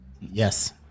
Yes